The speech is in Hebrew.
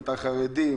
"מיתר" חרדי,